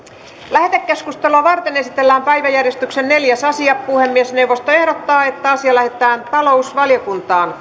lähetekeskustelua varten esitellään päiväjärjestyksen neljäs asia puhemiesneuvosto ehdottaa että asia lähetetään talousvaliokuntaan